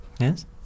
Yes